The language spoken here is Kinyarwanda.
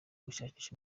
gushakisha